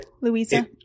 Louisa